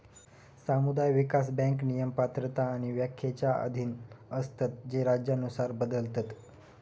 समुदाय विकास बँक नियम, पात्रता आणि व्याख्येच्या अधीन असतत जे राज्यानुसार बदलतत